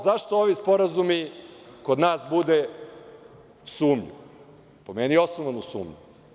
Zašto ovi sporazumi kod nas bude sumnju, po meni osnovanu sumnju?